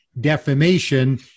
defamation